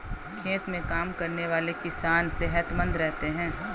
खेत में काम करने वाले किसान सेहतमंद रहते हैं